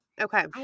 Okay